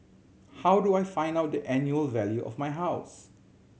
how do I find out the annual value of my house